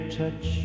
touch